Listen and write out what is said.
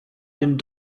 den